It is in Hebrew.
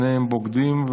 שניהם בוגדים,